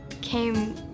came